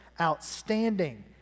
outstanding